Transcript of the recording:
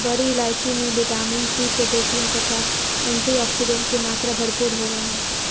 बड़ी इलायची में विटामिन सी पोटैशियम तथा एंटीऑक्सीडेंट की मात्रा भरपूर होवअ हई